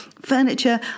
furniture